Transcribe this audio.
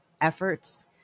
efforts